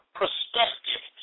perspective